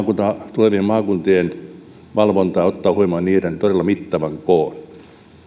tulevien maakuntien valvontaan ottaen huomioon niiden todella mittavan koon